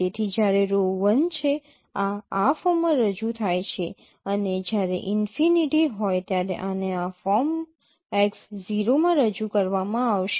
તેથી જ્યારે rho 1 છે આ આ ફોર્મમાં રજૂ થાય છે અને જ્યારે ઈનફિનિટી હોય ત્યારે આને આ ફોર્મ x 0 માં રજૂ કરવામાં આવશે